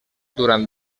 durant